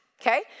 Okay